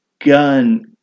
gun